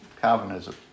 Calvinism